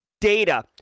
data